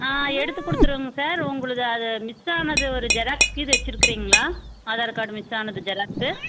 ஆ எடுத்துக் கொடுத்துருவேங்க சார் உங்களுக்கு அது மிஸ் ஆனது ஒரு ஜெராக்ஸ் கிது வச்சிருக்கிறீங்களா ஆதார் கார்டு மிஸ் ஆனது ஜெராக்ஸ்